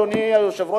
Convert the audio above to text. אדוני היושב-ראש,